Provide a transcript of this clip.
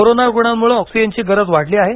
corona रुग्णांमुळे ऑक्सिजनची गरज वाढली आहे